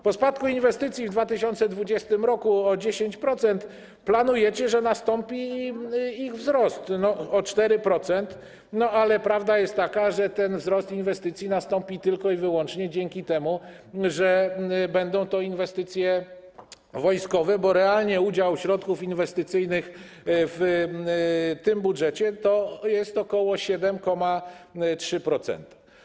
Po spadku inwestycji w 2020 r. o 10% planujecie, że nastąpi ich wzrost o 4%, ale prawda jest taka, że ten wzrost inwestycji nastąpi tylko i wyłącznie dzięki temu, że będą to inwestycje wojskowe, bo realnie udział środków inwestycyjnych w tym budżecie to jest ok. 7,3%.